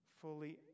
fully